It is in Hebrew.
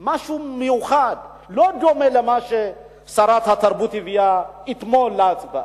משהו מיוחד שלא דומה למה ששרת התרבות הביאה אתמול להצבעה.